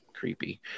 Creepy